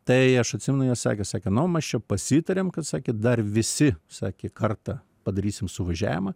tai aš atsimenu jie sakė sakė nu mes čia pasitarėm kad sakė dar visi sakė kartą padarysim suvažiavimą